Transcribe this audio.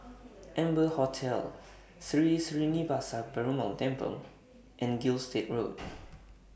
Amber Hotel Sri Srinivasa Perumal Temple and Gilstead Road